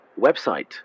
website